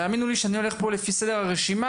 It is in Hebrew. תאמינו לי שאני הולך פה לפי סדר הרשימה,